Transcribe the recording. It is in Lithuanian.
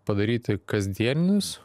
padaryti kasdienius